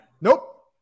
Nope